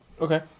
okay